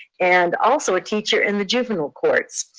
and also a teacher in the juvenile courts.